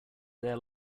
there